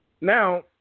Now